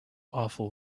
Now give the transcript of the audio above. awful